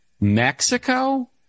Mexico